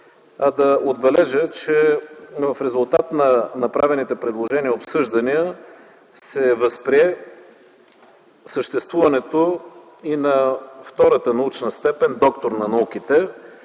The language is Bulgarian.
а да отбележа, че в резултат на направените предложения и обсъждания се възприе съществуването и на втората научна степен „доктор на науките”.